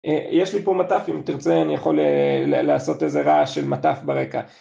יש לי פה מטף, אם תרצה אני יכול לעשות איזו רעש של מטף ברקע.